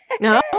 no